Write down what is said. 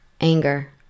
anger